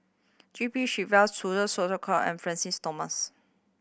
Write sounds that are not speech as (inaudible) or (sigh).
G P (unintelligible) and Francis Thomas